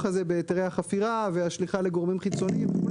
הזה בהיתרי החפירה והשליחה לגורמים חיצוניים וכו',